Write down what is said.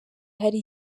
hari